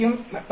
52 X 10